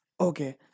Okay